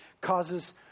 causes